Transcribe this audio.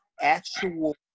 actual